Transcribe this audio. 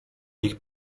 ich